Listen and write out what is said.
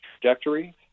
trajectory